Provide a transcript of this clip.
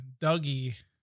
Dougie